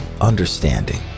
understanding